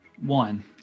One